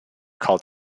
called